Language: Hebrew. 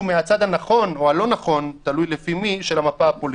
מהצד הנכון או הלא נכון תלוי לפי מי של המפה הפוליטית.